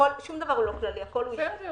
שום דבר הוא לא כללי, הכול הוא אישי.